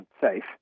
safe